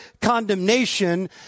condemnation